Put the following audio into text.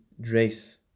dress